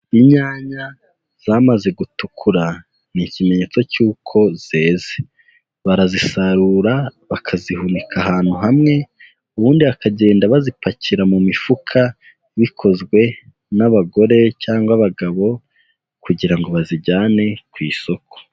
Inyanya zamaze gutukura ni ikimenyetso cy'uko zeze, barazisarura bakazihunika ahantu hamwe, ubundi bakagenda bazipakira mu mifuka bikozwe n'abagore cyangwa abagabo kugira ngo bazijyane ku isoko.